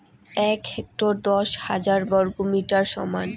এক হেক্টর দশ হাজার বর্গমিটারের সমান